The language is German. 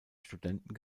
studenten